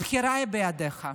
הבחירה בידך.